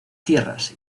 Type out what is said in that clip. tierras